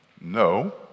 No